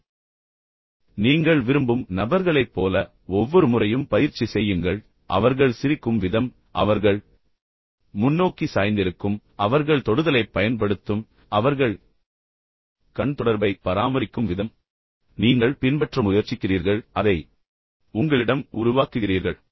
மேலும் நீங்கள் விரும்பும் நபர்களைப் போல ஒவ்வொரு முறையும் பயிற்சி செய்யுங்கள் அவர்கள் சிரிக்கும் விதம் அவர்கள் முன்னோக்கி சாய்ந்திருக்கும் விதம் அவர்கள் தொடுதலைப் பயன்படுத்தும் விதம் அவர்கள் கண் தொடர்பைப் பராமரிக்கும் விதம் எனவே அதைக் கவனியுங்கள் பின்னர் நீங்கள் பின்பற்ற முயற்சிக்கிறீர்கள் பின்னர் அதை உங்களிடம் உருவாக்குகிறீர்கள்